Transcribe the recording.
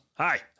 Hi